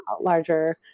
larger